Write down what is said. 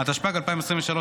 התשפ"ג 2023,